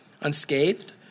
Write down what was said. unscathed